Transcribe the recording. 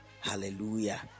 Hallelujah